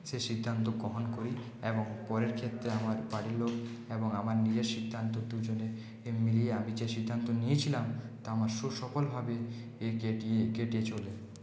সেই সিদ্ধান্ত গ্রহণ করি এবং পরের ক্ষেত্রে আমার বাড়ির লোক এবং আমার নিজের সিদ্ধান্ত দুজনে মিলিয়ে আমি যে সিদ্ধান্ত নিয়েছিলাম তা আমার সফলভাবে কেটে চলে